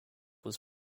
was